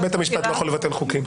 שבית המשפט לא יכול לבטל חוקים.